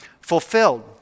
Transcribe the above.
fulfilled